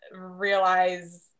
realize